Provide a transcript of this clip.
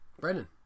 Brendan